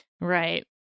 Right